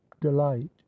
delight